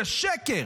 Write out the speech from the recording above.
זה שקר,